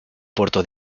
puerto